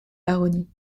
baronnie